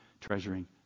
treasuring